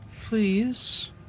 please